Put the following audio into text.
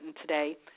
today